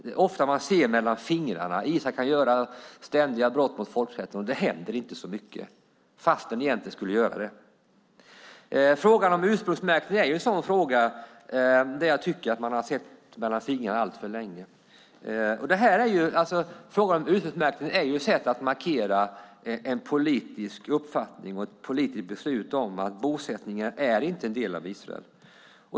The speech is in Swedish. Det är ofta man ser mellan fingrarna. Israel kan begå ständiga brott mot folkrätten, och det händer inte så mycket fast det egentligen borde göra det. Frågan om ursprungsmärkning är en sådan fråga där jag tycker att man har sett mellan fingrarna alltför länge. Frågan om ursprungsmärkning är ett sätt att markera en politisk uppfattning och ett politiskt beslut om att bosättningarna inte är en del av Israel.